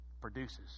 produces